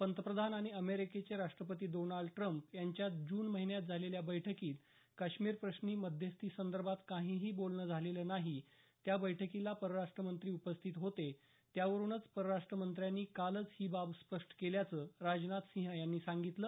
पंतप्रधान आणि अमेरिकेचे राष्ट्रपती डोनाल्ड ट्रम्प यांच्यात जून महिन्यात झालेल्या बैठकीत काश्मीर प्रश्नी मध्यस्थीसंदर्भात काहीही बोलणं झालेलं नाही या बैठकीला परराष्ट्र मंत्री उपस्थित होते त्यावरूनच परराष्ट मंत्र्यांनी कालच ही बाब स्पष्ट केल्याचं राजनाथसिंह यांनी सांगितलं